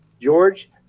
George